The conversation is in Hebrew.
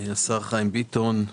השר חיים ביטון,